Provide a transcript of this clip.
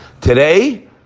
Today